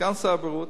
סגן שר הבריאות,